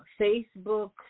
Facebook